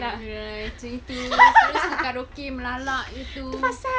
ah macam gitu karaoke melalak jer tu